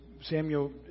Samuel